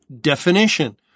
definition